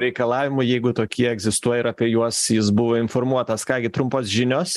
reikalavimų jeigu tokie egzistuoja ir apie juos jis buvo informuotas ką gi trumpos žinios